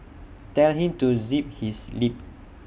tell him to zip his lip